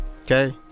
Okay